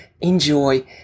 enjoy